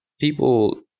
people